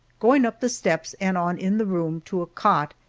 going up the steps and on in the room to a cot,